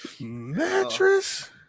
Mattress